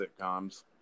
sitcoms